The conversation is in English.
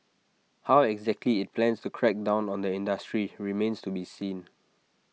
how exactly IT plans to crack down on the industry remains to be seen